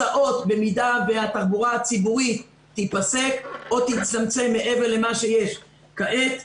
הסעות במידה והתחבורה הציבורית תיפסק או תצטמצם מעבר למה שיש כעת,